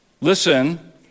Listen